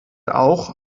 auch